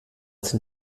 sind